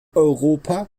europa